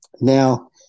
Now